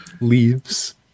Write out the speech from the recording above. Leaves